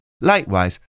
Likewise